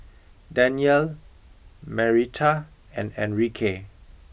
Danyel Marietta and Enrique